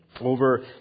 over